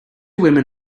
women